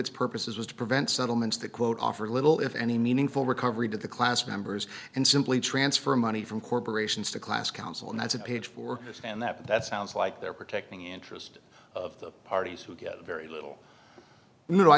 its purposes was to prevent settlements that quote offer little if any meaningful recovery to the class members and simply transfer money from corporations to class council and that's it paid for this and that that sounds like they're protecting interest of the parties who get very little